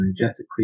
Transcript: energetically